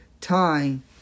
time